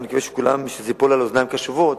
אבל אני מקווה שזה ייפול על אוזניים קשובות